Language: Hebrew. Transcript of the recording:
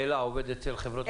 אל"ה עובד אצל חברות המיחזור?